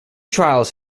trials